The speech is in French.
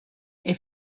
est